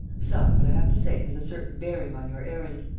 besides, what i have to say has a certain bearing on your errand.